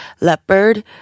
leopard